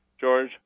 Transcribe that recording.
George